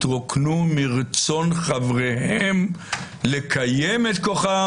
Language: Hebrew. התרוקנו מרצון חבריהם לקיים את כוחם